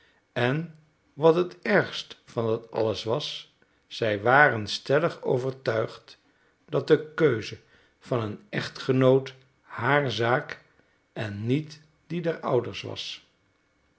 en wat het ergst van alles was zij waren stellig overtuigd dat de keuze van een echtgenoot haar zaak en niet die der ouders was